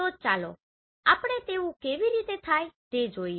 તો ચાલો આપણે તેવું કેવી રીતે થાય તે જોઈએ